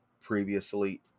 previously